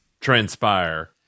transpire